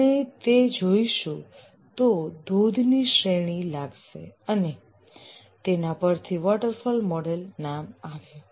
કોણે તે જોઈશું તો ધોધની શ્રેણી લાગશે અને તેના પરથી વોટરફોલ મોડલ નામ આવ્યું